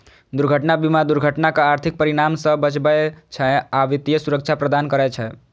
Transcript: दुर्घटना बीमा दुर्घटनाक आर्थिक परिणाम सं बचबै छै आ वित्तीय सुरक्षा प्रदान करै छै